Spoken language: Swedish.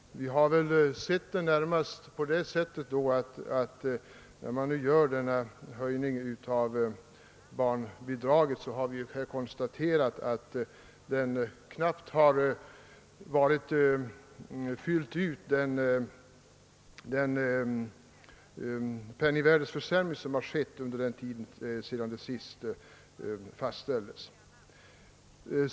Vi har emellertid konstaterat att denna höjning av barnbidraget knappt fyller ut den penningvärdeförsämring som har förekommit under tiden sedan barnbidraget senast fastställdes.